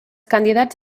candidats